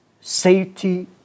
safety